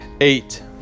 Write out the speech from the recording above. eight